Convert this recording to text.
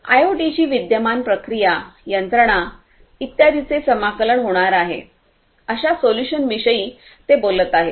आयओटीची विद्यमान प्रक्रिया यंत्रणा इत्यादींचे समाकलन होणार आहे अशा सोल्युशनविषयी ते बोलत आहेत